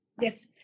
Yes